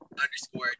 underscore